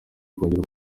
kongera